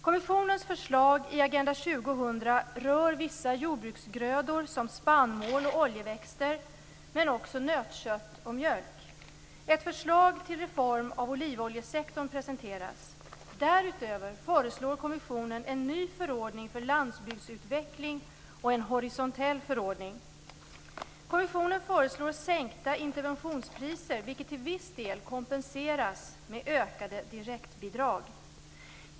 Kommissionens förslag i Agenda 2000 rör vissa jordbruksgrödor, som spannmål och oljeväxter, men också nötkött och mjölk. Ett förslag till reform av olivoljesektorn presenteras. Därutöver föreslår kommissionen en ny förordning för landsbygdsutveckling och en horisontell förordning. Kommissionen föreslår sänkta interventionspriser, vilket till viss del kompenseras med ökade direktbidrag.